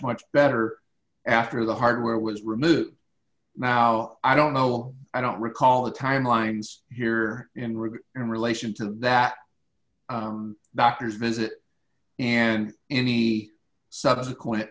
much better after the hardware was removed now i don't know i don't recall the timelines here in relation to that doctor's visit and any subsequent